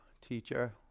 teacher